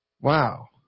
Wow